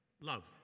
Love